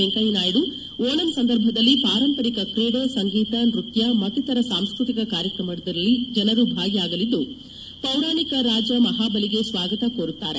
ವೆಂಕಯ್ಯ ನಾಯ್ದು ಓಣಂ ಸಂದರ್ಭದಲ್ಲಿ ಪಾರಂಪರಿಕ ಕ್ರೀಡೆ ಸಂಗೀತ ನೃತ್ಯ ಮತ್ತಿತರ ಸಾಂಸ್ಕೃತಿಕ ಕಾರ್ಯಕ್ರಮಗಳಲ್ಲಿ ಜನರು ಭಾಗಿಯಾಗಲಿದ್ದು ಪೌರಾಣಿಕ ರಾಜ ಮಹಾಬಲಿಗೆ ಸ್ವಾಗತ ಕೋರುತ್ತಾರೆ